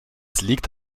liegt